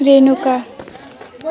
Renuka